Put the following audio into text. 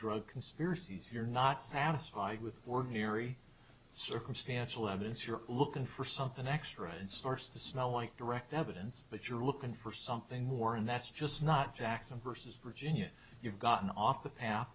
drug conspiracies you're not satisfied with ordinary circumstantial evidence you're looking for something extra and source the smell like direct evidence but you're looking for something more and that's just not jackson versus virginia you've gotten off the path